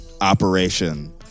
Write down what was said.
operation